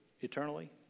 eternally